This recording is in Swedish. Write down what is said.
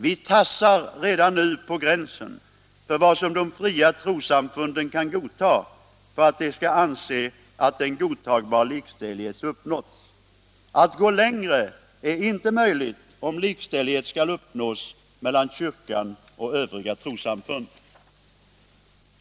Vi tassar redan nu på gränsen till vad som de fria trossamfunden kan godta för att de skall anse att en godtagbar likställighet uppnåtts. Att gå längre är icke möjligt om likställighet skall uppnås mellan kyrkan och övriga trossamfund.